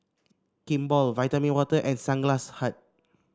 Kimball Vitamin Water and Sunglass Hut